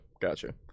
Gotcha